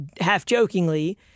half-jokingly